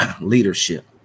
leadership